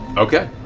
okay.